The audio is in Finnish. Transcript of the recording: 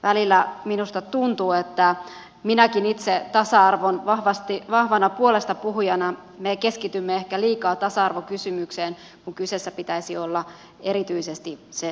välillä minusta tuntuu minäkin itse tasa arvon vahvana puolestapuhujana että me keskitymme ehkä liikaa tasa arvokysymykseen kun kyseessä pitäisi olla erityisesti se lapsen etu